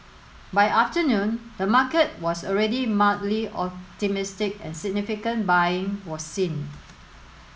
by afternoon the market was already mildly optimistic and significant buying was seen